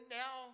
now